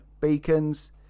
Beacons